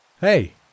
Hey